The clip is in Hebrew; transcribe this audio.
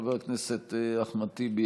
חבר הכנסת אחמד טיבי,